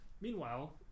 meanwhile